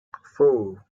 four